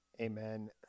Amen